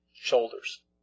shoulders